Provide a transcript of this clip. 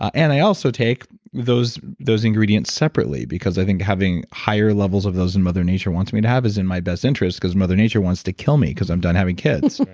and i also take those those ingredients separately because i think having higher levels of those mother nature wants me to have is in my best interest because mother nature wants to kill me because i'm done having kids.